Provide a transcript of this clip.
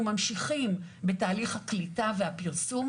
אנחנו ממשיכים בתהליך הקליטה והפרסום.